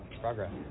Progress